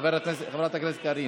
חברת הכנסת קארין.